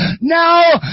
Now